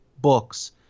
Books